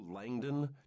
Langdon